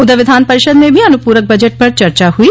उधर विधान परिषद में भी अनुपूरक बजट पर चर्चा हुई